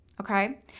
Okay